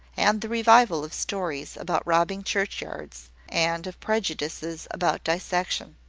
and the revival of stories about robbing churchyards, and of prejudices about dissection.